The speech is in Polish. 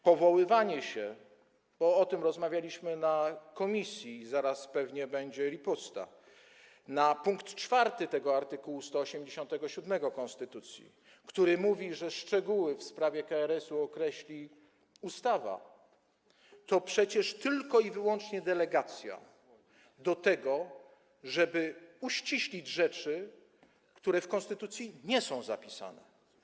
Powoływanie się, bo o tym rozmawialiśmy w komisji - i zaraz pewnie będzie riposta - na pkt 4 tego art. 187 konstytucji, który mówi, że szczegóły w sprawie KRS-u określi ustawa, to przecież tylko i wyłącznie delegacja do tego, żeby uściślić rzeczy, które w konstytucji nie są zapisane.